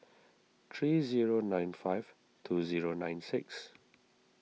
three zero nine five two zero nine six